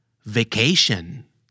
Vacation